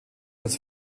das